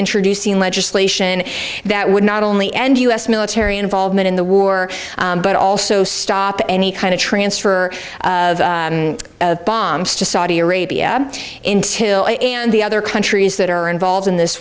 introducing legislation that would not only end u s military involvement in the war but also stop any kind of transfer of bombs to saudi arabia and the other countries that are involved in this